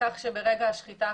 כך שברגע השחיטה,